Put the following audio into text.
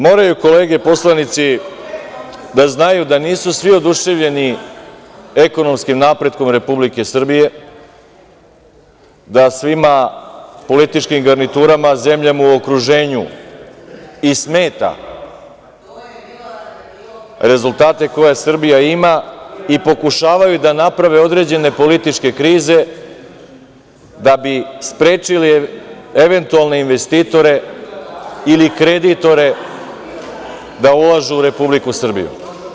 Moraju kolege poslanici da znaju da nisu svi oduševljeni ekonomskim napretkom Republike Srbije, da svima političkim garniturama, zemljama u okruženju i smetaju rezultati koje Srbija ima i pokušavaju da naprave određene političke krize da bi sprečili eventualne investitore ili kreditore da ulažu u Republiku Srbiju.